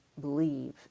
believe